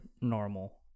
normal